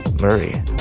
Murray